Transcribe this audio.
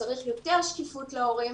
צריך יותר שקיפות להורים,